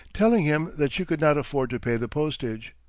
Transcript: telling him that she could not afford to pay the postage.